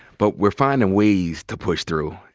but we're findin' ways to push through.